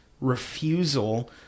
refusal